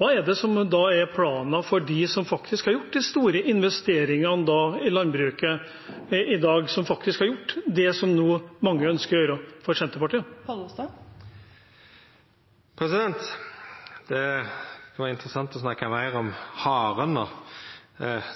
Hva er det som er Senterpartiets plan for dem som faktisk har gjort de store investeringene i landbruket i dag, som faktisk har gjort det mange nå ønsker å gjøre? Det kan vera interessant å snakka om haren,